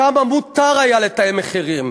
שם מותר היה לתאם מחירים,